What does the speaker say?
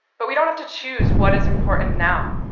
but we don't have to choose what is important now.